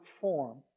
form